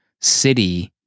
city